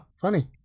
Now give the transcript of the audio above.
funny